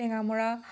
টেঙামৰা